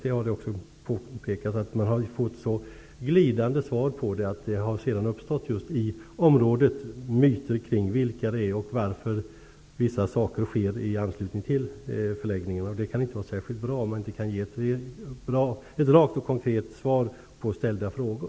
Det har påpekats att man har fått så glidande svar på frågorna att det sedan har uppstått myter i flyktingförläggningarnas områden kring vilka grupper som finns där och varför vissa saker sker i anslutning till förläggningarna. Det kan inte vara särskilt bra att inte kunna ge raka och konkreta svar på ställda frågor.